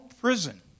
prison